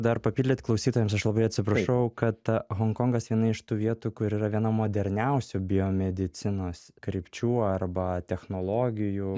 dar papildyt klausytojams aš labai atsiprašau kad honkongas viena iš tų vietų kur yra viena moderniausių biomedicinos krypčių arba technologijų